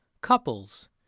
Couples